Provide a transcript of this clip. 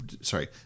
Sorry